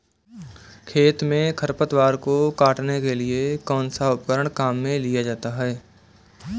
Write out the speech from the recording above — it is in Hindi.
खेत में खरपतवार को काटने के लिए कौनसा उपकरण काम में लिया जाता है?